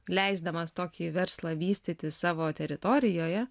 leisdamas tokį verslą vystyti savo teritorijoje